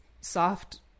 soft